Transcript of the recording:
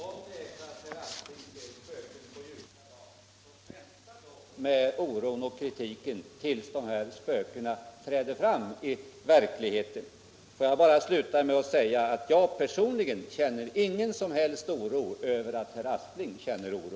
Herr talman! Om herr Aspling ser spöken på ljusan dag, vänta då med oron och paniken tills dessa spöken träder fram i verkligheten! Får jag bara sluta med att säga att jag personligen inte känner någon som helst oro över att herr Aspling känner oro.